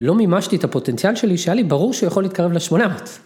לא מימשתי את הפוטנציאל שלי, שהיה לי, ברור שיכול להתקרב לשמונץ.